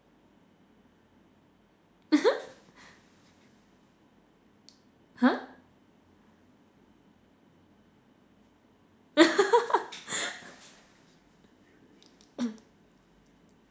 !huh!